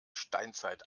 steinzeit